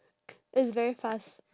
it's very fast